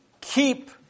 keep